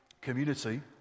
community